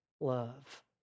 love